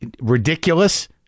ridiculous